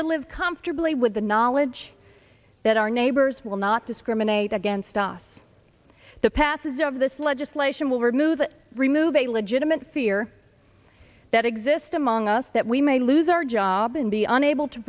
to live comfortably with the knowledge that our neighbors will not discriminate against us the passage of this legislation will remove that remove a legitimate fear that exist among us that we may lose our job and be unable to